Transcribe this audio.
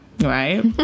Right